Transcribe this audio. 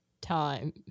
time